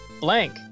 Blank